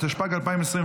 התשפ"ג 2024,